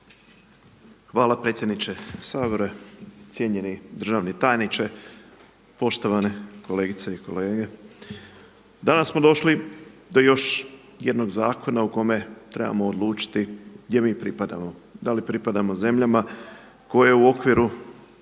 Hvala predsjedniče Sabora, cijenjeni državni tajniče, poštovane kolegice i kolege. Danas smo došli do još jednog zakona u kome trebamo odlučiti gdje mi pripadamo, da li pripadamo zemljama koje u okviru